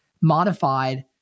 modified